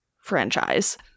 franchise